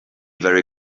very